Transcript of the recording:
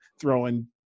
throwing